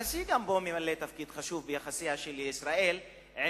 הנשיא ממלא תפקיד חשוב ביחסיה של ישראל עם